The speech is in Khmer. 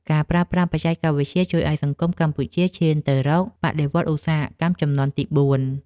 ការប្រើប្រាស់បច្ចេកវិទ្យាជួយឱ្យសង្គមកម្ពុជាឈានទៅរកបដិវត្តន៍ឧស្សាហកម្មជំនាន់ទីបួន។